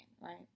right